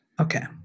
Okay